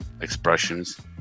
expressions